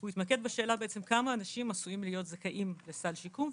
הוא מתמקד בשאלה כמה אנשים עשויים להיות זכאים לסל שיקום,